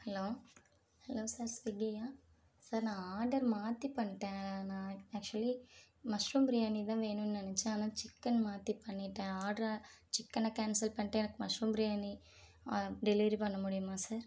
hello hello sir ஸ்விகியா sir நான் order மாற்றி பண்ணிட்டேன் நான் ஆக்ச்வலி மஷ்ரூம் பிரியாணிதான் வேணும்னு நெனைச்சேன் ஆனால் சிக்கன் மாற்றி பண்ணிட்டேன் ஆடரை சிக்கனை கேன்சல் பண்ணிட்டு எனக்கு மஷ்ரூம் பிரியாணி டெலிவரி பண்ண முடியுமா சார்